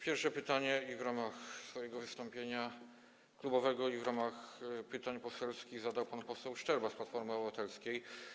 Pierwsze pytanie i w ramach stałego wystąpienia klubowego, i w ramach pytań poselskich zadał pan poseł Szczerba z Platformy Obywatelskiej.